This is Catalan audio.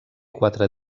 quatre